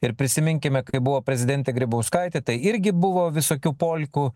ir prisiminkime kai buvo prezidentė grybauskaitė tai irgi buvo visokių polkų